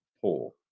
poor